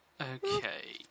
Okay